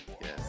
Yes